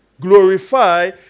glorify